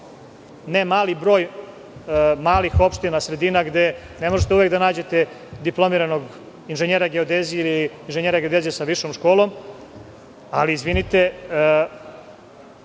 ne mali broj malih opština, sredina gde ne možete uvek da nađete dipl. inženjera geodezije ili inženjera geodezije sa višom školom, ali najveći